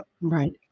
Right